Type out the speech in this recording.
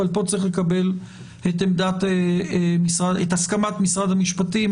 אבל פה צריך לקבל את הסכמת משרד המשפטים.